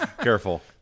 careful